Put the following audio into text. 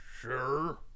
Sure